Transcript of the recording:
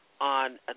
on